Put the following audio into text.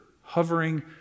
hovering